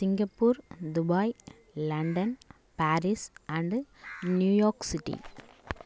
Singapore Dubai London Paris and New York city